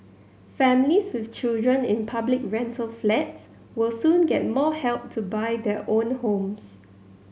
families with children in public rental flats will soon get more help to buy their own homes